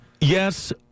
Yes